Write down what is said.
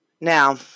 Now